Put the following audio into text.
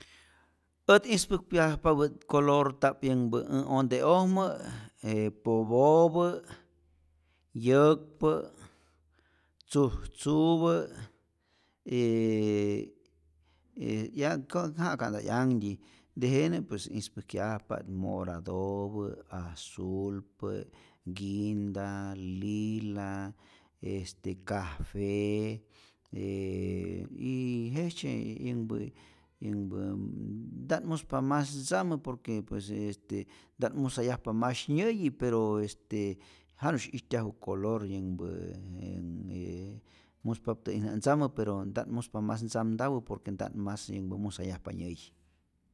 Ät ispäj kyajpapät colorta'p yänhpä äj ote'ojmä e popopä, yäkpä, tzujtzupä yyyy y ja'ka'nta 'yantyi tejenä pues ispäjkyajpa't moradopä, azulpä, guinda, lila, este café e yyyy jejtzye yänhpä yänhpä nta't muspa mas ntzamä por que pues este nta't musayajpa mas nyäyi, pero este janu'sy ijtyaju color yänhpä e e e muspatä'ijna ntzamä pero nta't muspa mas ntzamtawä por que nta't mas yänhpä musayajpa nyäyi.